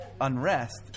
unrest